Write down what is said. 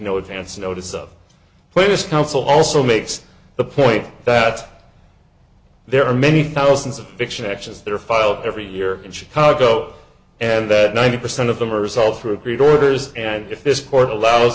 received no advance notice of place counsel also makes the point that there are many thousands of fiction actions that are filed every year in chicago and that ninety percent of them are resolved through agreed orders and if this court allows